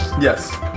Yes